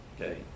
okay